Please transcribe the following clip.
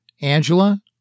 Angela